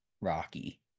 Rocky